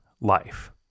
life